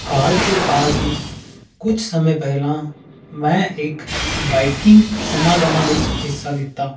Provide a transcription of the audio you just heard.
ਹਾਲ ਫਿਲਹਾਲ ਹੀ ਕੁਝ ਸਮੇਂ ਪਹਿਲਾਂ ਮੈਂ ਇੱਕ ਬਾਈਕਿੰਗ ਸਮਾਗਮਾਂ ਵਿੱਚ ਹਿੱਸਾ ਲਿੱਤਾ